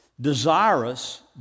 desirous